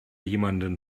jemanden